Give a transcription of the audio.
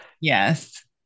Yes